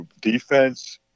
defense